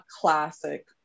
classic